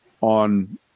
on